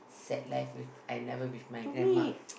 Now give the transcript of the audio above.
sad life I never with my grandma